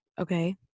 okay